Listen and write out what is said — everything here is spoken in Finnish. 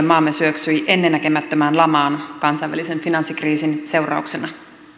maamme syöksyi ennennäkemättömään lamaan kansainvälisen finanssikriisin seurauksena